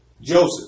Joseph